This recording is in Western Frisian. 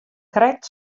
krekt